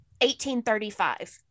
1835